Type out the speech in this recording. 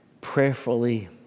prayerfully